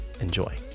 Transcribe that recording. Enjoy